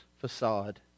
facade